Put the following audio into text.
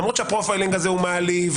למרות שהפרופיילינג הזה מעליב,